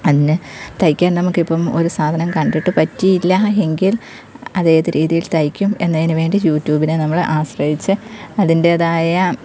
അതിന് തയ്ക്കാൻ നമുക്കിപ്പം ഒരു സാധനം കണ്ടിട്ട് പറ്റിയില്ല എങ്കിൽ അതേത് രീതിയിൽ തയ്ക്കും എന്നതിനുവേണ്ടി യൂറ്റൂബിനെ നമ്മൾ ആശ്രയിച്ച് അതിൻ്റെതായ